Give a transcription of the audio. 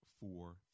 four